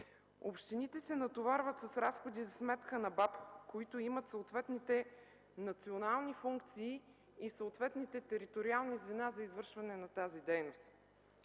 Общините се натоварват с разходи за сметка на БАБХ, която има съответните национални функции и териториални звена за извършване на тази дейност.